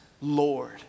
Lord